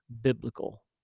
biblical